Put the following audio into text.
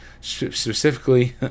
specifically